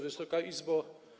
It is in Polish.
Wysoka Izbo!